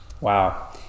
Wow